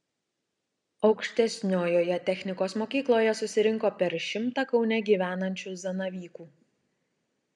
aukštesniojoje technikos mokykloje susirinko per šimtą kaune gyvenančių zanavykų